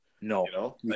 No